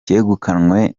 cyegukanywe